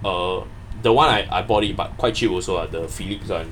uh the one I I bought it but quite cheap also ah the Phillips [one]